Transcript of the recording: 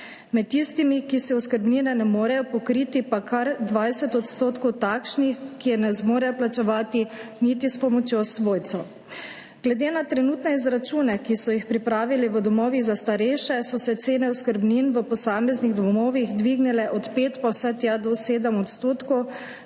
med tistimi, ki si oskrbnine ne morejo pokriti, pa kar 20 % takšnih, ki je ne zmorejo plačevati niti s pomočjo svojcev. Glede na trenutne izračune, ki so jih pripravili v domovih za starejše, so se cene oskrbnin v posameznih domovih dvignile od 5 % pa vse tja do 7 %,